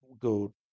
go